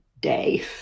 day